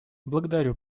благодарю